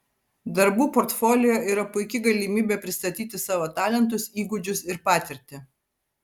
darbų portfolio yra puiki galimybė pristatyti savo talentus įgūdžius ir patirtį